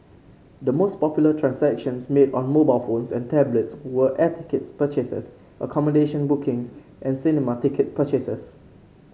the most popular transactions made on mobile phones and tablets were air ticket purchases accommodation bookings and cinema ticket purchases